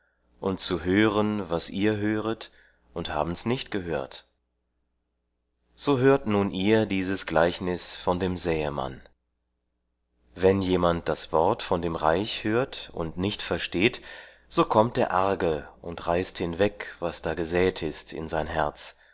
und zu hören was ihr höret und haben's nicht gehört so hört nun ihr dieses gleichnis von dem säemann wenn jemand das wort von dem reich hört und nicht versteht so kommt der arge und reißt hinweg was da gesät ist in sein herz